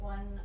One